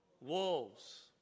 wolves